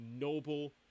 noble